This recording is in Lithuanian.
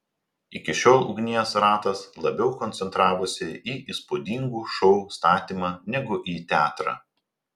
iki šiol ugnies ratas labiau koncentravosi į įspūdingų šou statymą negu į teatrą